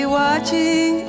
watching